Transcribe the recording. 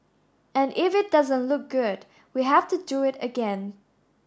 and if it doesn't look good we have to do it again